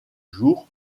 jour